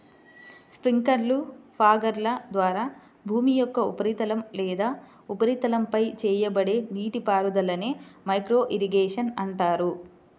స్ప్రింక్లర్లు, ఫాగర్ల ద్వారా భూమి యొక్క ఉపరితలం లేదా ఉపరితలంపై చేయబడే నీటిపారుదలనే మైక్రో ఇరిగేషన్ అంటారు